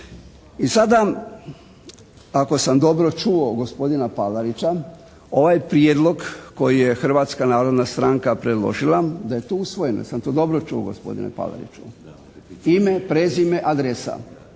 I sada ako sam dobro čuo gospodina Palarića ovaj prijedlog koji je Hrvatska narodna stranka predložila da je to usvojeno. Jesam to dobro čuo gospodine Palariću? Ime, prezime, adresa